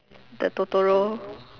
the Totoro